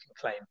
claim